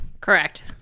Correct